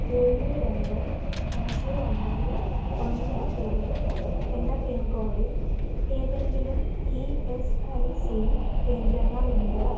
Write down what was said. ഏഴ് രണ്ട് അഞ്ച് ഒമ്പത് ഒന്ന് ഏഴ് എന്ന പിൻ കോഡിൽ ഏതെങ്കിലും ഇ എസ് ഐ സി കേന്ദ്രങ്ങളുണ്ടോ